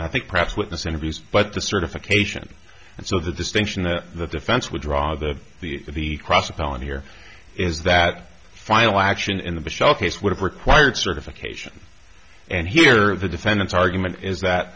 i think perhaps witness interviews but the certification and so the distinction that the defense would draw the the cross a felony here is that final action in the shell case would have required certification and here the defendant's argument is that